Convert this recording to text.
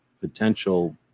potential